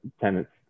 tenants